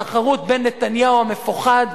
התחרות בין נתניהו המפוחד,